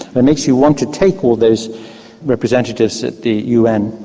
it makes you want to take all those representatives at the un,